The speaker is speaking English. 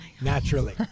naturally